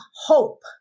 hope